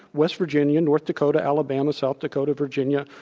west virginia, north dakota, alabama, south dakota, virginia.